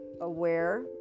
aware